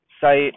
site